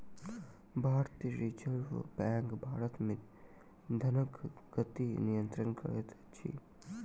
भारतीय reserve bank Bharat मे धनक गति नियंत्रित करैत अछि